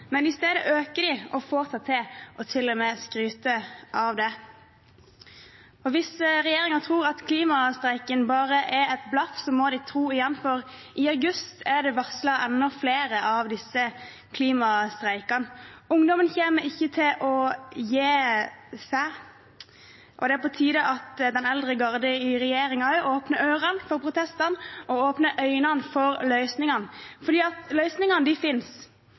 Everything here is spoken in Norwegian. men i stedet øker dem og til og med får seg til å skryte av det. Hvis regjeringen tror at klimastreiken bare er et blaff, må de tro om igjen, for i august er det varslet enda flere av disse klimastreikene. Ungdommen kommer ikke til å gi seg, og det er på tide at den eldre garde i regjeringen også åpner ørene for protestene og øynene for løsningene, for løsningene